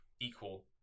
equal